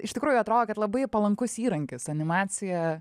iš tikrųjų atrodo kad labai palankus įrankis animacija